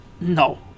no